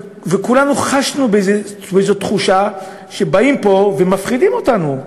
וכולנו חשנו איזו תחושה שבאים פה ומפחידים אותנו.